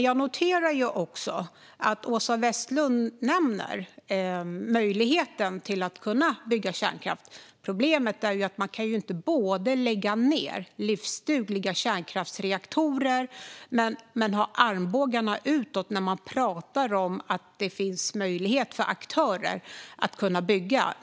Jag noterar också att Åsa Westlund nämner möjligheten att bygga kärnkraft. Problemet är dock att man inte kan både lägga ned livsdugliga kärnkraftsreaktorer och ha armbågarna utåt när man pratar om att det finns möjlighet för aktörer att bygga.